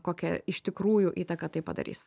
kokią iš tikrųjų įtaką tai padarys